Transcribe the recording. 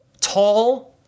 tall